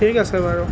ঠিক আছে বাৰু